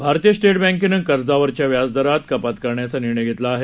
भारतीय स्टेट बँकेनं कर्जावरच्या व्याजदरात कपात करायचा निर्णय घेतला आहे